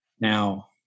Now